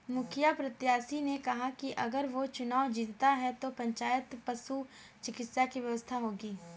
मुखिया प्रत्याशी ने कहा कि अगर वो चुनाव जीतता है तो पंचायत में पशु चिकित्सा की व्यवस्था होगी